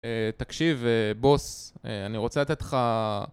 אה... תקשיב אה... בוס... אה... אני רוצה לתת לך...